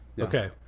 Okay